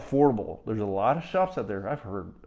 affordable. there's a lot of shops out there, i've heard,